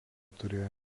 turėjo